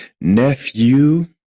nephew